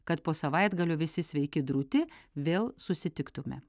kad po savaitgalio visi sveiki drūti vėl susitiktume